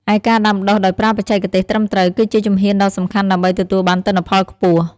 ឯការដាំដុះដោយប្រើបច្ចេកទេសត្រឹមត្រូវ គឺជាជំហានដ៏សំខាន់ដើម្បីទទួលបានទិន្នផលខ្ពស់។